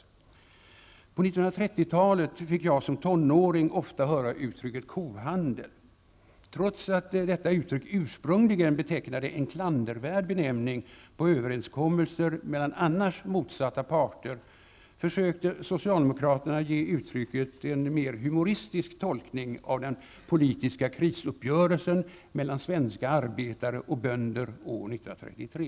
På 1930-talet fick jag som tonåring ofta höra uttrycket kohandel. Trots att detta uttryck ursprungligen betecknade en klandervärd benämning på överenskommelser mellan annars motsatta parter, försökte socialdemokraterna att ge uttrycket en mer humoristisk tolkning av den politiska krisuppgörelsen mellan svenska arbetare och bönder år 1933.